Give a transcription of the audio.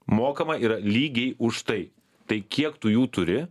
mokamayra lygiai už tai tai kiek tu jų turi